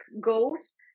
goals